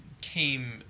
came